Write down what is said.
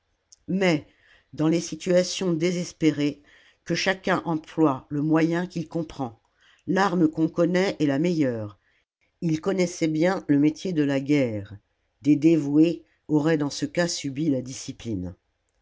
mais dans les situations désespérées que chacun emploie le moyen qu'il comprend l'arme qu'on connaît est la meilleure il connaissait bien le métier de la guerre des dévoués auraient dans ce cas subi la discipline